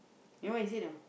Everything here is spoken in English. you know what he say know